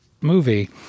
movie